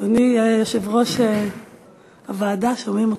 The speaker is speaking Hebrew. אדוני יושב-ראש הוועדה, שומעים אותך.